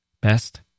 Best